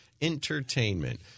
Entertainment